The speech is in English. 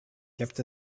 kept